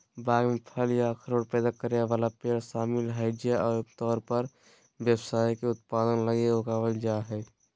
बाग में फल या अखरोट पैदा करे वाला पेड़ शामिल हइ जे आमतौर पर व्यावसायिक उत्पादन लगी उगावल जा हइ